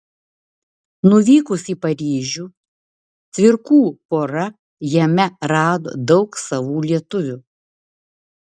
nuvykusi į paryžių cvirkų pora jame rado daug savų lietuvių